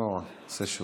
לא נורא, נעשה שוב.